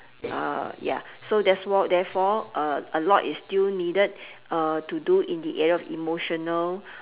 uh ya so that's for therefore uh a lot is still needed uh to do in the area of emotional